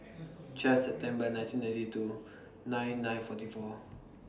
twelfth September nineteen ninety two nine nine forty four